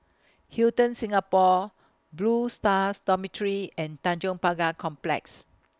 Hilton Singapore Blue Stars Dormitory and Tanjong Pagar Complex